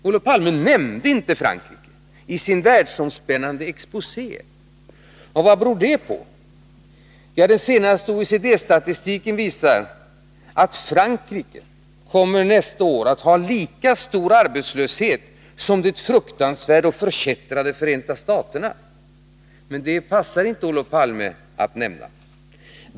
Olof Palme nämnde inte Frankrike i sin världsomspännande exposé. Och vad beror det på? Jo, den senaste OECD-statistiken visar att Frankrike nästa år kommer att ha lika stor arbetslöshet som det fruktansvärda och förkättrade Förenta staterna. Men det passar inte Olof Palme att nämna det.